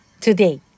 Today